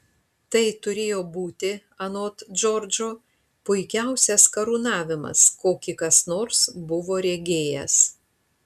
tai turėjo būti anot džordžo puikiausias karūnavimas kokį kas nors buvo regėjęs